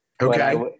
Okay